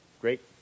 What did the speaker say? great